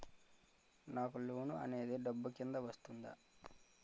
నాకు లోన్ అనేది డబ్బు కిందా వస్తుందా?